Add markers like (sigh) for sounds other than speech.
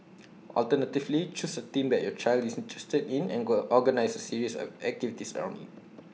alternatively choose A theme that your child is interested in and (unintelligible) organise A series of activities around IT